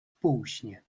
półśnie